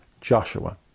Joshua